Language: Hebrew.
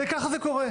זה כך זה קורה.